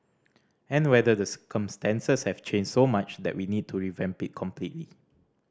and whether the circumstances have changed so much that we need to revamp it completely